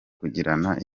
kugirana